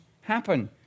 happen